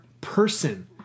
person